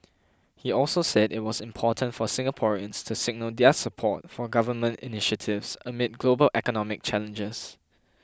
he also said it was important for Singaporeans to signal their support for government initiatives amid global economic challenges